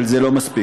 אבל זה לא מספיק.